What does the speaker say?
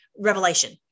Revelation